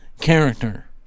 character